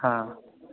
हँ